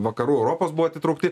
vakarų europos buvo atitraukti